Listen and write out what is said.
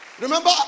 Remember